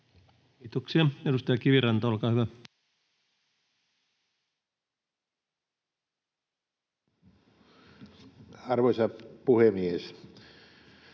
Kiitoksia. — Edustaja Kiviranta, olkaa hyvä. Arvoisa puhemies!